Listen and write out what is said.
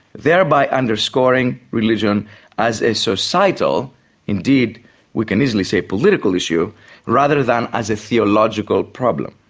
thereby underscoring religion as a societal indeed we can easily say political issue rather than as a theological problem.